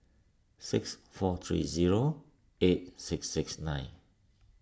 six four three zero eight six six nine